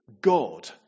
God